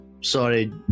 sorry